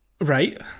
Right